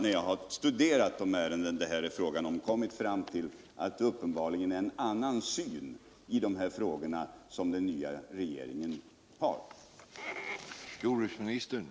När jag har studerat de ärenden som det här är fråga om har jag kommit fram till att den nya regeringen uppenbarligen har en annan syn i de här frågorna än den som kom till uttryck i riksdagsbeslutet.